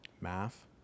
math